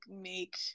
make